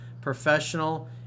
professional